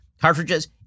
cartridges